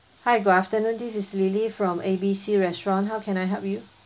hi good afternoon this is lily from A B C restaurant how can I help you